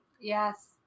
Yes